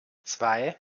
zwei